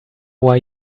why